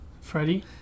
Freddie